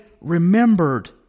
remembered